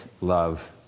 love